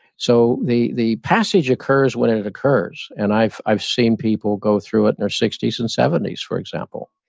so, the passage passage occurs when it it occurs. and i've i've seen people go through it in their sixty s and seventy s, for example,